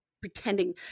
pretending